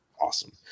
awesome